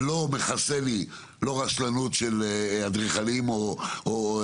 השנה לא מכסה לי על רשלנות של אדריכלים או מהנדסים,